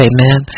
Amen